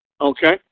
Okay